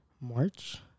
march